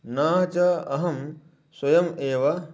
न च अहं स्वयम् एव